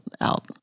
out